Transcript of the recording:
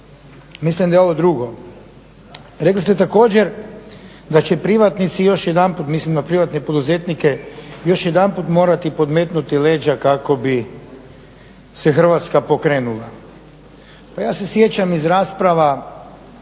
Mislim da je ovo drugo.